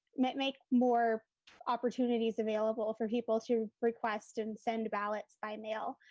make make more opportunities available for people to request and send ballots by mail.